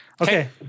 Okay